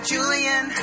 Julian